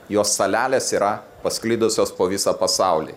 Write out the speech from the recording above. jos salelės yra pasklidusios po visą pasaulį